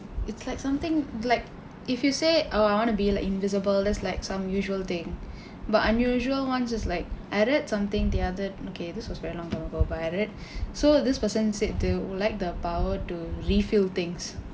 it's like something black if you say oh I wanna be like invisible that's like some usual thing but unusual [ones] is like I read something the other okay this was something very long ago but I read so this person said they would like the power to refill things